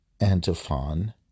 antiphon